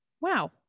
Wow